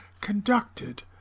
conducted